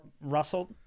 rustled